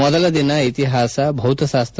ಮೊದಲ ದಿನ ಇತಿಹಾಸ ಭೌತಶಾಸ್ತ್ರ